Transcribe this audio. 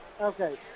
Okay